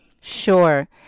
Sure